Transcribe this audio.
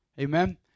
Amen